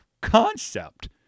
concept